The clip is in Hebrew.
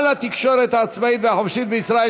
ואין יותר מונופול,